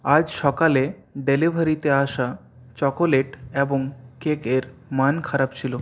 আজ সকালে ডেলিভারিতে আসা চকোলেট এবং কেক এর মান খারাপ ছিল